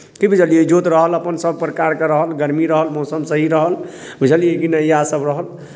की बुझलियै इजोत रहल अपन सभप्रकारके रहल गरमी रहल मौसम सही रहल बुझलियै की नहि इएहसभ रहल